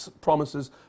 promises